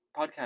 podcast